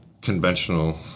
conventional